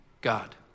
god